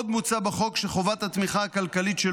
עוד מוצע בחוק שחובת התמיכה הכלכלית של